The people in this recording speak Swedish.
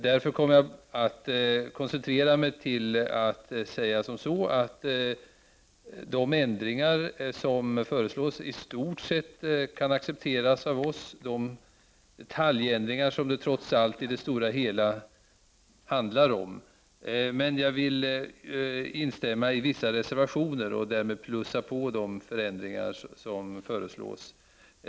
Därför kommer jag att koncentrera mig till att säga att de ändringar som föreslås i stort sett kan accepteras av oss. Det är trots allt detaljändringar som det i det stora hela handlar om. Jag vill ändå instämma i vissa reservationer och därmed understryka vikten av de däri föreslagna förändringarna.